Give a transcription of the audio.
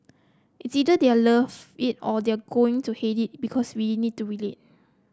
it's either they're love it or they are going to hate it because we need to relate